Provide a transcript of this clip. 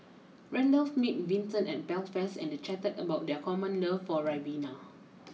Randolph meet Vinton in Belfast and they chatted about their common love for Ribena